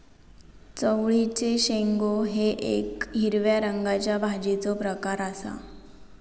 चवळीचे शेंगो हे येक हिरव्या रंगाच्या भाजीचो प्रकार आसा